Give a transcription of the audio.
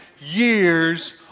years